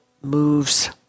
moves